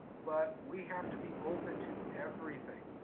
but we have to be open to everything.